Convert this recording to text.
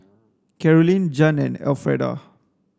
Carolyne Jann and Elfreda